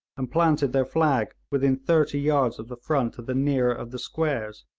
and planted their flag within thirty yards of the front of the nearer of the squares.